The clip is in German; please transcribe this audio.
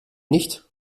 nicht